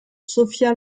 sophia